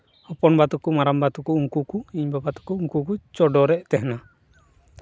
ᱦᱚᱯᱚᱱ ᱵᱟ ᱛᱟᱠᱚ ᱢᱟᱨᱟᱝ ᱵᱟ ᱛᱟᱠᱚ ᱩᱱᱠᱩ ᱠᱚ ᱤᱧ ᱵᱟᱵᱟ ᱛᱟᱠᱚ ᱠᱚ ᱪᱚᱰᱚᱨᱮᱫ ᱛᱟᱦᱮᱱᱟ